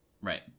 Right